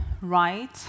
right